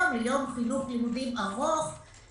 יום חינוך לימודים ארוך,